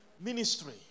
ministry